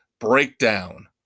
Breakdown